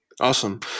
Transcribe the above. Awesome